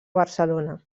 barcelona